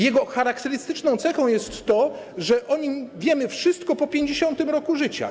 Jego charakterystyczną cechą jest to, że o nim wiemy wszystko po 50. roku życia.